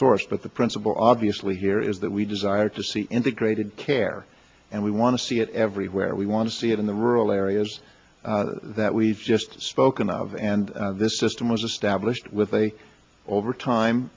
source but the principle obviously here is that we desire to see integrated care and we want to see it everywhere we want to see it in the rural areas that we've just spoken of and this system was established with a over time